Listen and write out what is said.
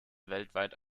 weltweit